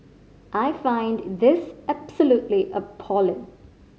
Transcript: I find this absolutely appalling